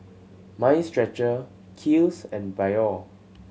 Mind Stretcher Kiehl's and Biore